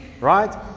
right